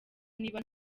niba